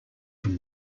from